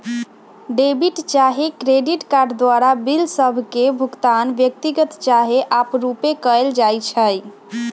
debit चाहे credit card द्वारा bill सभ के भुगतान व्यक्तिगत चाहे आपरुपे कएल जाइ छइ